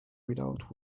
without